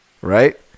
Right